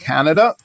Canada